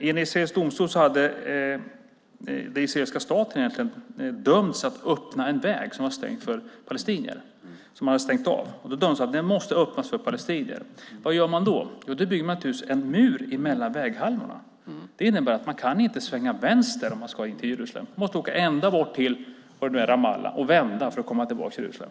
I en israelisk domstol hade den israeliska staten dömts till att öppna en väg som var stängd för palestinier. Vad gör man då? Jo, då bygger man en mur mellan väghalvorna. Det innebär att man inte kan svänga vänster om man ska åka in till Jerusalem. Man måste åka ända bort till Ramallah och vända för att komma tillbaka till Jerusalem.